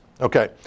Okay